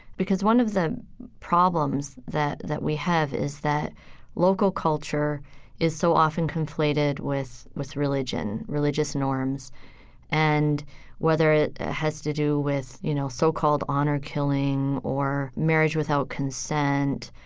because one of the problems that that we have is that local culture is so often conflated with, with religion, religious norms and whether it has to do with, you know, so-called honor killing or marriage without consent.